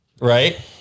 Right